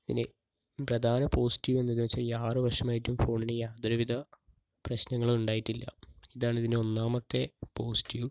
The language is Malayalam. ഇനി പ്രധാന പോസിറ്റീവ് എന്തെന്ന് വച്ചാൽ ഈ ആറ് വർഷമായിട്ടും ഫോണിന് യാതൊരു വിധ പ്രശ്നങ്ങളും ഉണ്ടായിട്ടില്ല ഇതാണ് ഇതിൻ്റെ ഒന്നാമത്തെ പോസിറ്റീവ്